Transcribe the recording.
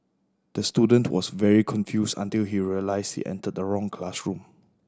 the student was very confused until he realised he entered the wrong classroom